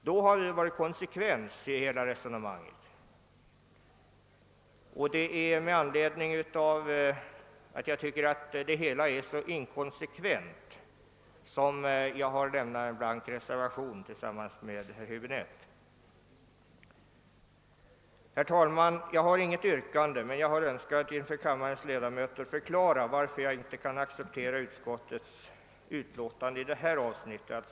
Då hade det varit kon sekvens i utskottets resonemang. Det är dess inkonsekventa handlande som är anledningen till att jag tillsammans med herr Häbinette har avlämnat en blank reservation. Herr talman! Jag har inget yrkande, men jag har önskat inför kammarens ledamöter förklara varför jag inte kan acceptera utskottets skrivning i berörda avsnitt.